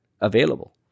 available